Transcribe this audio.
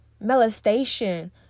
molestation